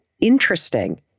interesting